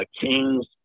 Kings